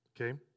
Okay